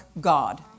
God